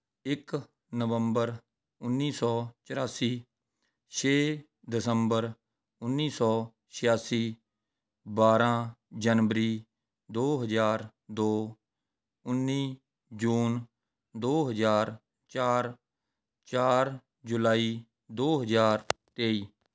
ਇੱਕ ਨਵੰਬਰ ਉੱਨੀ ਸੌ ਚੁਰਾਸੀ ਛੇ ਦਸੰਬਰ ਉੱਨੀ ਸੌ ਛਿਆਸੀ ਬਾਰ੍ਹਾਂ ਜਨਵਰੀ ਦੋ ਹਜ਼ਾਰ ਦੋ ਉੱਨੀ ਜੂਨ ਦੋ ਹਜ਼ਾਰ ਚਾਰ ਚਾਰ ਜੁਲਾਈ ਦੋ ਹਜ਼ਾਰ ਤੇਈ